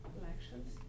elections